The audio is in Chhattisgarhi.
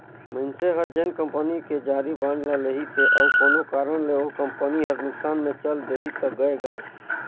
मइनसे हर जेन कंपनी के जारी बांड ल लेहिसे अउ कोनो कारन ले ओ कंपनी हर नुकसान मे चल देहि त गय गा